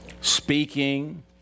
Speaking